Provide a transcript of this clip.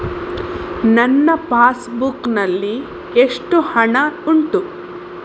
ನನ್ನ passbook ನಲ್ಲಿ ಎಷ್ಟು ಹಣ ಉಂಟು?